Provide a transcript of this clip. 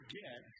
get